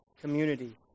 community